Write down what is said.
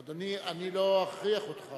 אדוני, אני לא אכריח אותך.